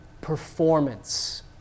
performance